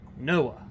Noah